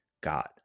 God